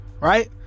right